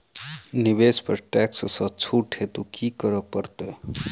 निवेश पर टैक्स सँ छुट हेतु की करै पड़त?